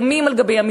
ימים על ימים,